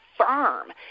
Firm